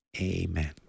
amen